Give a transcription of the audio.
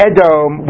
Edom